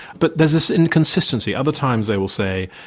but there's this inconsistency. other times they will say,